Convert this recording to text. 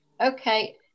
okay